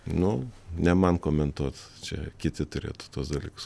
nu ne man komentuot čia kiti turėtų tuos dalykus